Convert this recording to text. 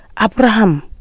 Abraham